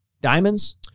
diamonds